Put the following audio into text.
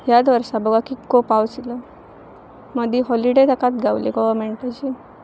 ह्याच वर्सा बघा कितको पावस इल्लो मदीं हॉलिडे तेकाच गावली गोवर्मेंटाची